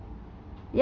嗯:yen